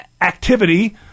activity